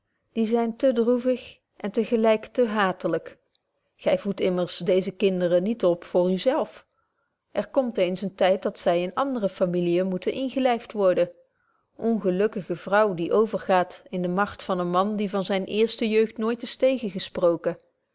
die zyn te droevig en te gelyk te haatlyk gy voedt immers deze kinderen niet op voor u zelf er komt eens en tyd dat zy in andere familiën moeten ingelyft worden ongelukkige vrouw die overgaat in de macht van eenen man die van zyne eerste jeugd nooit is tegengesproken